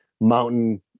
mountain